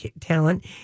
Talent